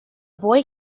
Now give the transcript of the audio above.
boy